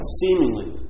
seemingly